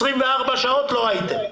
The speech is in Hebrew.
24 שעות לא הייתם.